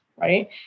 right